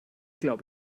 glaube